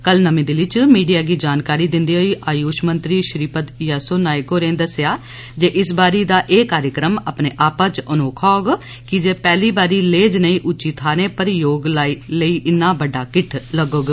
कल नमीं दिल्ली च मीडिया गी जानकारी दिंदे होई आयूष मंत्री श्रीपद येस्सो नाईक होरे आखेआ जे इस बारी दा एह् कार्यक्रम अपने आपै च अनोखा होग कीजे पैहली बारी लेह् ज्नेयी उच्ची थाहरै पर योग लेई इन्ना बड्डा किट्ठ लग्गोग